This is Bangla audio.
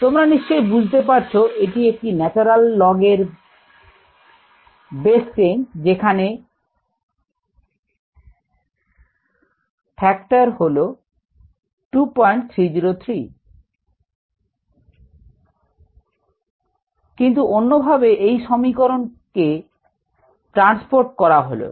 তোমার নিশ্চয়ই বুঝতে পারছ এটি একটি ন্যাচারাল log এর বেস 10 সেখানে ফ্যাক্টর হল 2303 কিন্ত অন্য ভাবে এই সমীকরণটি কে ট্রান্সপোর্ট করা হলো